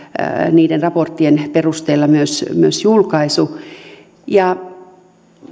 niiden raporttien perusteella myös myös julkaisu